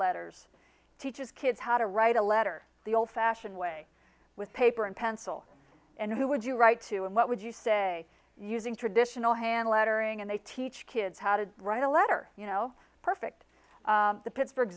letters teaches kids how to write a letter the old fashioned way with paper and pencil and who would you write to and what would you say using traditional hand lettering and they teach kids how to write a letter you know perfect the pittsburgh